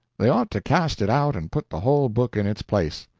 they ought to cast it out and put the whole book in its place.